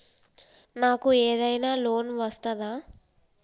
నాకు ఏదైనా లోన్ వస్తదా?